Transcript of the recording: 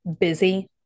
busy